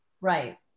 Right